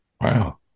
Wow